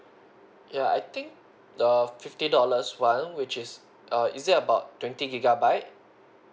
ya I think the fifty dollars one which is err is it about twenty gigabyte